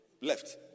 left